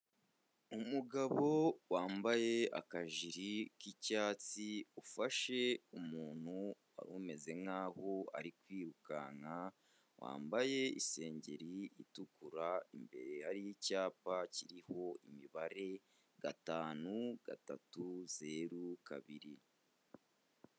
Umugabo wambaye akajiri k'icyatsi ufashe umuntu wari umeze nkaho ari kwirukanaka wambaye isengeri itukura imbere haricyapa kiriho imibare 3 5 0 2.